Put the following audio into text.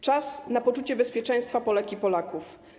Czas na poczucie bezpieczeństwa Polek i Polaków.